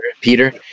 Peter